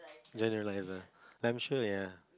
generalize lah like I'm sure ya